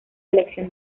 elección